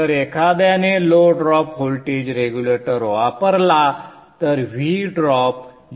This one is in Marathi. जर एखाद्याने लो ड्रॉप व्होल्टेज रेग्युलेटर वापरला तर V ड्रॉप 0